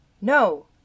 No